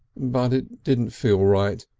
but it didn't feel right.